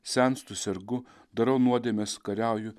senstu sergu darau nuodėmes kariauju